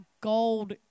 gold